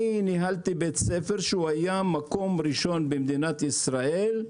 ניהלתי בית ספר שהיה במקום הראשון במדינת ישראל,